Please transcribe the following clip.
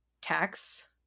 tax